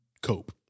cope